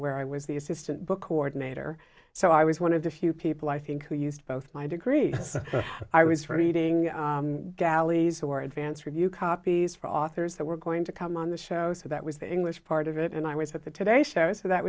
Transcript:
where i was the assistant book coordinator so i was one of the few people i think who used both my degree i was reading galleys or advance review copies for authors that were going to come on the show so that was the english part of it and i was at the today show so that